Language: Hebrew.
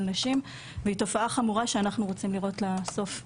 נשים מתופעה חמורה שאנחנו רוצים לראות לה סוף,